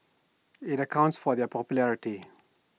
IT accounts for their popularity